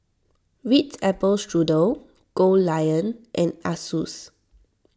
Ritz Apple Strudel Goldlion and Asus